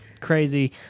Crazy